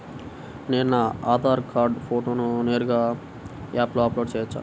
నేను నా ఆధార్ కార్డ్ ఫోటోను నేరుగా యాప్లో అప్లోడ్ చేయవచ్చా?